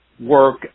work